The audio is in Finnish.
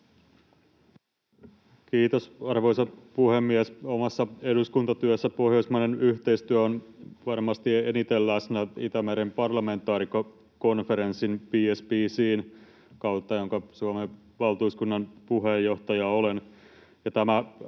Kiitos, arvoisa puhemies! Omassa eduskuntatyössäni pohjoismainen yhteistyö on varmasti eniten läsnä Itämeren parlamentaarikkokonferenssin BSPC:n kautta, jonka Suomen valtuuskunnan puheenjohtaja olen.